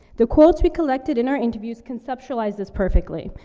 the quotes we collected in our interviews conceptualize this perfectly.